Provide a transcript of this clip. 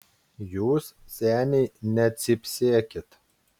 jūs seniai necypsėkit